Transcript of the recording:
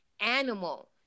animal